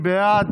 מי בעד?